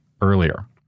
earlier